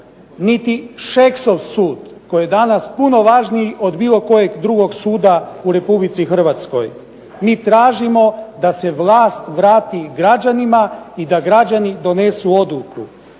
niti šeksov sud koji je danas puno važniji od bilo kojeg drugog suda u Republici HRvatskoj. Mi tražimo da se vlast vrati građanima i da građani donesu odluku.